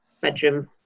bedroom